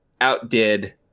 outdid